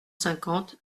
cinquante